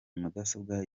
mudasobwa